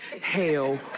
hell